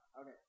okay